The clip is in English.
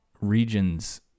regions